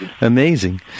Amazing